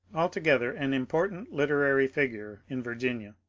altogether an important literary figure in virginia.